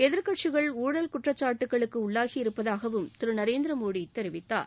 எதிர்க்கட்சிகள் ஊழல் குற்றச்சாட்டுக்களுக்கு உள்ளாகி இருப்பதாகவும் திரு நரேந்திர மோடி தெரிவித்தார்